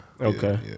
okay